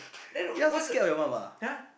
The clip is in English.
then what's the